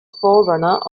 forerunner